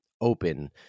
open